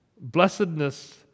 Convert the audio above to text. Blessedness